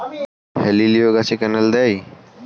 হেলিলিও গাছে ক্যানেল দেয়?